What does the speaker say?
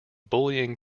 bullying